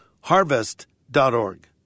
harvest.org